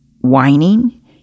whining